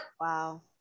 wow